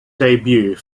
debut